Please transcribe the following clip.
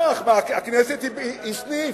בטח, הכנסת היא סניף.